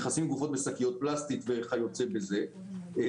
מכסים גופות בשקיות פלסטיק וכיוצא בזה.